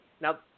Now